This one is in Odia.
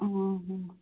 ହଁ ହଁ